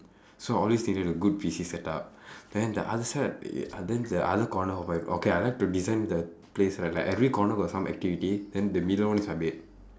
so I always needed a good P_C setup then the other side then the other corner of my okay I like to design the place right like every corner got some activity then the middle one is my bed